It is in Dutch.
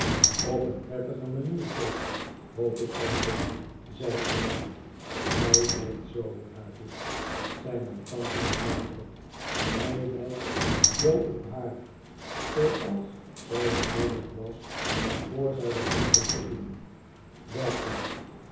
op een prettige manier toch hoop ik tante zei ik hij lijkt zoo op haar dick zei mijn tante met nadruk hij lijkt zoo op haar zooals zij dien middag was voor zij begon te sukkelen werkeiijk